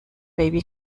baby